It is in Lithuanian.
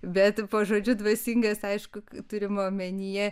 bet pažodžiui dvasingas aišku turima omenyje